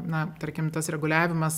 na tarkim tas reguliavimas